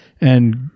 and-